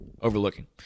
overlooking